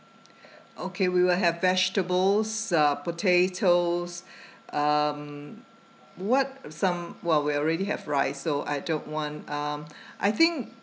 okay we will have vegetables uh potatoes um what some well we already have rice so I don't want um I think